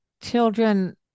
children